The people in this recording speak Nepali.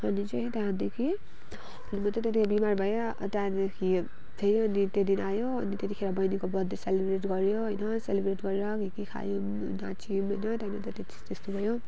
अनि चाहिँ त्यहाँदेखि म चाहिँ त्यहाँदेखि बिमार भएर त्यहाँदेखि फेरि अनि त्यो दिन आयो अनि त्यतिखेर बहिनीको बर्थडे सेलिब्रेट गऱ्यो होइन सेलिब्रेट गरेर के के खायौँ नाच्यौँ होइन त्यहाँदेखि अन्त त्यस्तै भयो